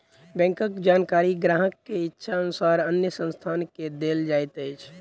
बैंकक जानकारी ग्राहक के इच्छा अनुसार अन्य संस्थान के देल जाइत अछि